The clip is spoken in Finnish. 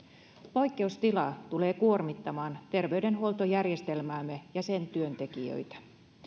poikkeustila tulee kuormittamaan terveydenhuoltojärjestelmäämme ja sen työntekijöitä